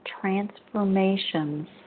transformations